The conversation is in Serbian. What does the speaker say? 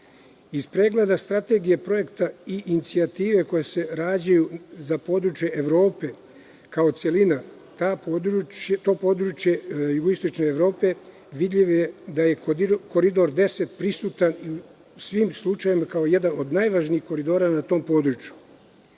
Iz pregleda strategije projekata i inicijative koje se rađaju za područje Evrope kao celina, područja jugoistočne Evrope, vidljivo je da je Koridor 10 prisutan svim slučajevima kao jedan od najvažnijih koridora na tom području. Njegova